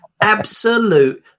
absolute